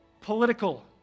political